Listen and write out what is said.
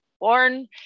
born